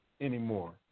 anymore